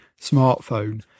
smartphone